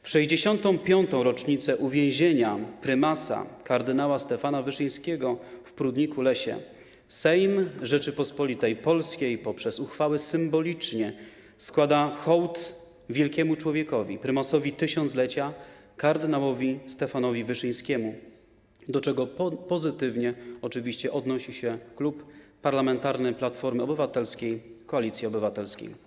W 65. rocznicę uwięzienia prymasa kard. Stefana Wyszyńskiego w Prudniku-Lesie Sejm Rzeczypospolitej Polskiej poprzez uchwałę symbolicznie składa hołd wielkiemu człowiekowi, Prymasowi Tysiąclecia, kard. Stefanowi Wyszyńskiemu, do czego oczywiście pozytywnie odnosi się Klub Parlamentarny Platforma Obywatelska - Koalicja Obywatelska.